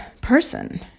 person